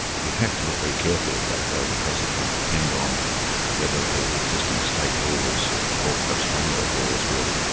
you'd have to look very carefully at that, though, because it would depend on whether the existing state laws or perhaps commonwealth laws were.